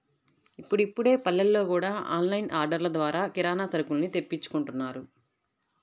ఇప్పుడిప్పుడే పల్లెల్లో గూడా ఆన్ లైన్ ఆర్డర్లు ద్వారా కిరానా సరుకుల్ని తెప్పించుకుంటున్నారు